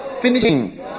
Finishing